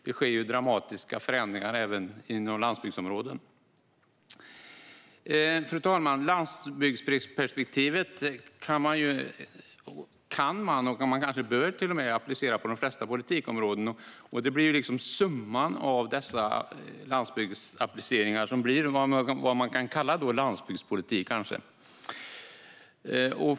Det sker alltså dramatiska förändringar även i landsbygdsområden. Fru talman! Landsbygdsperspektivet kan man - och kanske till och med bör man - applicera på de flesta politikområden. Det är summan av dessa landsbygdsappliceringar som blir vad man kan kalla landsbygdspolitik.